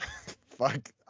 fuck